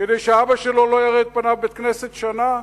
כדי שהאבא שלו לא יראה את פניו בבית-כנסת שנה?